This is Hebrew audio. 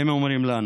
הם אומרים לנו,